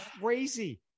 crazy